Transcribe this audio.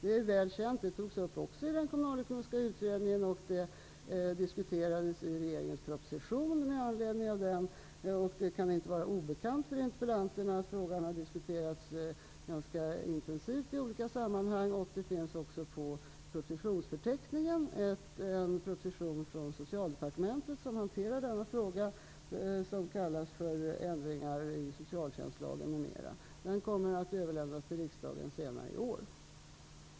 Det är väl känt; det togs också upp i den kommunalekonomiska utredningen, och det diskuterades i regeringens proposition med anledning av utredningen. Det kan inte vara obekant för interpellanterna att frågan har diskuterats ganska intensivt i olika sammanhang. Det finns också i propositionsförteckningen en proposition från Socialdepartementet, som hanterar denna fråga, som kallas för Ändringar i socialtjänstlagen m.m. Den kommer att överlämnas till riksdagen senare i år.